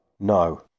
No